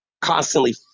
constantly